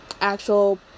actual